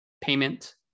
payment